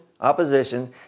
opposition